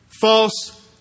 false